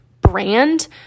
brand